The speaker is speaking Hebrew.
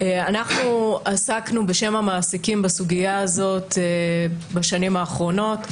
עסקנו בשם המעסיקים בסוגיה הזאת בשנים האחרונות,